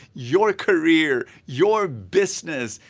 your career, your business.